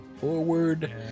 Forward